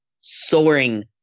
soaring